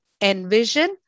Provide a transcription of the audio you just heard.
envision